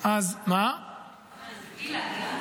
אילן.